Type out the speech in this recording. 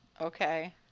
Okay